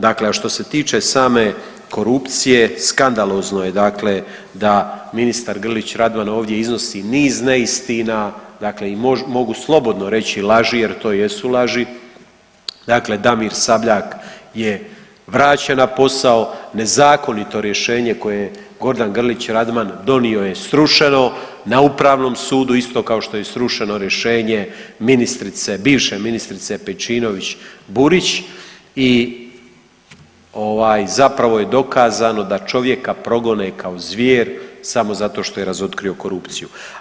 Dakle a što se tiče same korupcije, skandalozno je dakle da ministar Grlić Radman ovdje iznosi niz neistina, dakle i mogu slobodno reći laži jer to jesu laži, dakle Damir Sabljak je vraćen na posao, nezakonito rješenje koje je Gordan Grlić Radman donio je srušeno na Upravom sudu, isto kao što je strušeno rješenje ministrice, bivše ministrice Pejčinović Burić i ovaj zapravo je dokazano da čovjeka progone kao zvijer samo zato što je razotkrio korupciju.